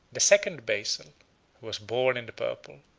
the second basil, who was born in the purple,